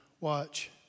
watch